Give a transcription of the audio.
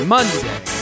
Monday